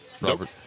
Robert